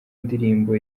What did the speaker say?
ndirimbo